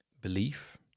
belief